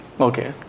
Okay